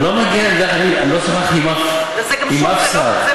אני לא מגן עליהם, לא שוחחתי עם אף אחד.